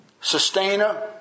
sustainer